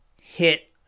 hit